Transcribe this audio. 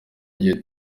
gihe